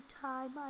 time